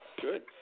Good